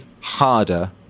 harder